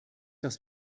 dass